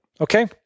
Okay